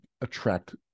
attract